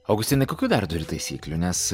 augustinai kokių dar turi taisyklių nes